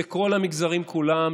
אלה כל המגזרים כולם,